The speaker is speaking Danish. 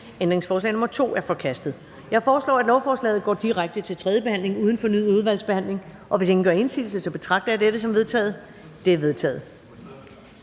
af KF og NB)? Det er vedtaget. Jeg foreslår, at lovforslagene går direkte til tredje behandling uden fornyet udvalgsbehandling. Og hvis ingen gør indsigelse, betragter jeg det som vedtaget. Det er vedtaget.